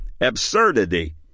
absurdity